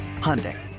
Hyundai